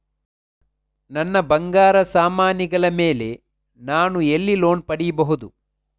ನನ್ನ ಬಂಗಾರ ಸಾಮಾನಿಗಳ ಮೇಲೆ ನಾನು ಎಲ್ಲಿ ಲೋನ್ ಪಡಿಬಹುದು?